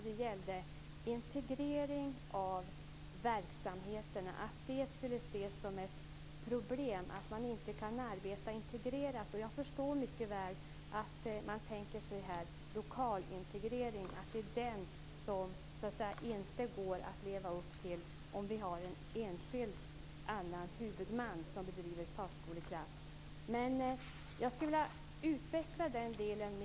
Den gäller integrering av verksamheterna och att det skulle ses som ett problem att man inte kan arbeta integrerat. Jag förstår mycket väl att man här tänker sig lokalintegrering, och att det inte går att leva upp till den om man har en annan enskild huvudman som bedriver förskoleklass. Men jag skulle vilja utveckla den delen.